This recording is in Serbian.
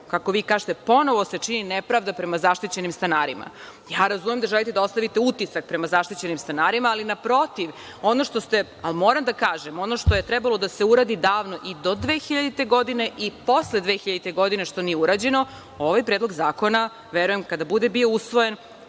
kako vi kažete, ponovo se čini nepravda prema zaštićenim stanarima. Razumem da želite da ostavite utisak prema zaštićenim stanarima, ali naprotiv, moram da kažem ono što je trebalo da se uradi davno i do 2000. i posle 2000. godine, što nije urađeno, ovaj Predlog zakona, verujem kada bude bio usvojen